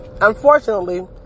unfortunately